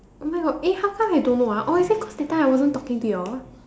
oh-my-God eh how come I don't know ah oh is it cause that time I wasn't talking to you all